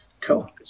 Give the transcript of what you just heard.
cool